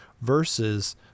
versus